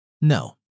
no